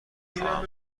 خواهم